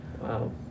Wow